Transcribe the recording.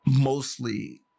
mostly